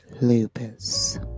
lupus